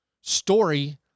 story